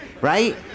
Right